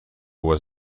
was